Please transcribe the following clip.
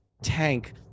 Tank